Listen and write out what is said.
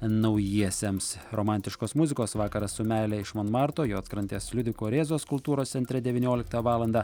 naujiesiems romantiškos muzikos vakaras su meile iš monmarto juodkrantės liudviko rėzos kultūros centre devynioliktą valandą